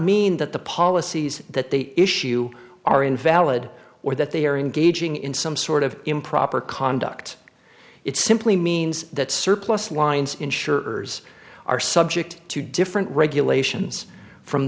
mean that the policies that they issue are invalid or that they are engaging in some sort of improper conduct it simply means that surplus lines insurers are subject to different regulations from